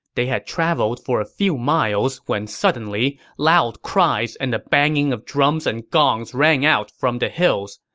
they had traveled for a few miles when suddenly, loud cries and the banging of drums and gongs rang out from the hills.